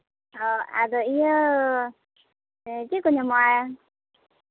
ᱚ ᱟᱫᱚ ᱤᱭᱟᱹ ᱪᱮᱫ ᱠᱚ ᱧᱟᱢᱚᱜᱼᱟ